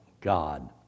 God